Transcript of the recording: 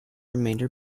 remainder